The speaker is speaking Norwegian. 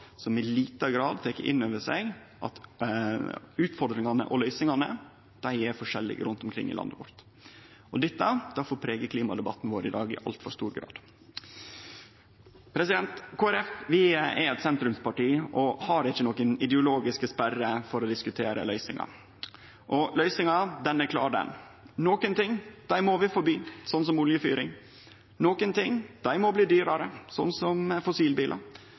som i liten grad tek inn over seg at utfordringane og løysingane er forskjellige rundt omkring i landet vårt. Dette får prege klimadebatten vår i dag i altfor stor grad. Kristeleg Folkeparti er eit sentrumsparti og har ikkje nokon ideologiske sperrer mot å diskutere løysingar. Løysinga er klar. Nokre ting må vi forby, slik som oljefyring. Nokre ting må bli dyrare, slik som fossilbilar,